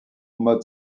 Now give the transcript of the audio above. mode